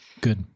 Good